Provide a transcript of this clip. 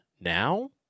now